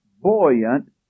buoyant